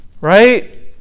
Right